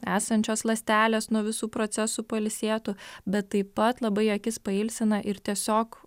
esančios ląstelės nuo visų procesų pailsėtų bet taip pat labai akis pailsina ir tiesiog